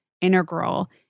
integral